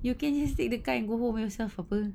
you can just take the car and go home yourself apa